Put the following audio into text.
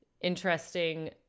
interesting